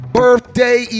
birthday